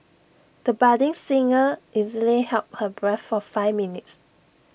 the budding singer easily held her breath for five minutes